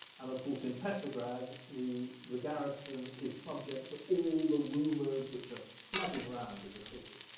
and of course in petrograd the the garrison is subject to all the rumors which are flooding around in the city,